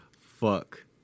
Fuck